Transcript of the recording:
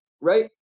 Right